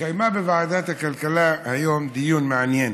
התקיים בוועדת הכלכלה היום דיון מעניין,